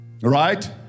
Right